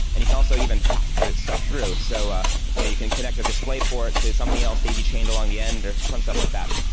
and you can also even pass the stuff through. so ah yeah you can connect a display port to something else, daisy chained along the end or fun stuff like that.